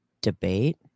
debate